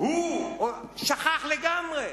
הוא שכח לגמרי.